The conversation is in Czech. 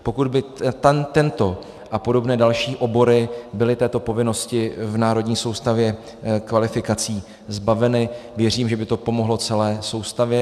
Pokud by tento a podobné další obory byly této povinnosti v Národní soustavě kvalifikací zbaveny, věřím, že by to pomohlo celé soustavě.